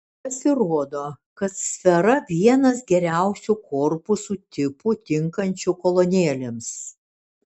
pasirodo kad sfera vienas geriausių korpusų tipų tinkančių kolonėlėms